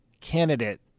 candidate